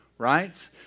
Right